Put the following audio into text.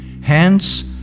Hence